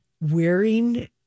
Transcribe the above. Wearing